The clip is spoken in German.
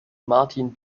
martin